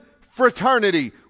fraternity